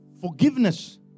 forgiveness